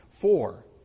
Four